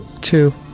two